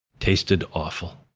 tasted awful.